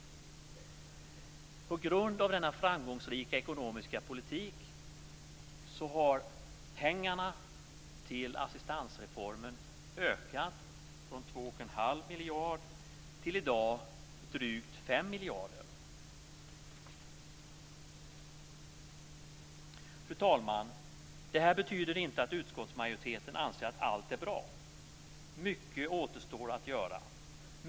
Tack vare denna framgångsrika ekonomiska politik har pengarna till assistansreformen ökat från 2 1⁄2 miljarder till i dag drygt Fru talman! Det här betyder inte att utskottsmajoriteten anser att allt är bra. Mycket återstår att göra.